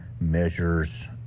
measures